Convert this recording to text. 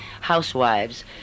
housewives